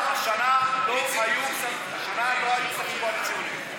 השנה לא היו כספים קואליציוניים.